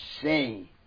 say